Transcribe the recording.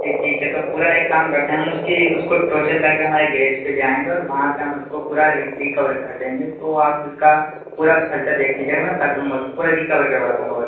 जी ठीक है तो पूरा एक काम करते हैं हम उसकी उसको टोचन करके हमारे गैरेज पर ले आएँगे और वहाँ पर हम उसको पूरा रिकवर कर देंगे तो आप इसका पूरा ख़र्चा देख लीजिएगा मैं कर दूँगा उसको पूरा रीकवर करवा दूँगा बस